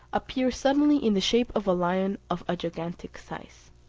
appear suddenly in the shape of a lion of a gigantic size.